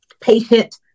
patient